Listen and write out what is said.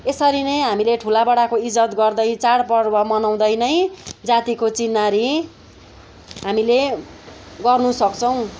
यसरी नै हामीले ठुलाबडाको इज्जत गर्दै चाडपर्व मनाउँदै नै जातिको चिह्नारी हामीले गर्नसक्छौँ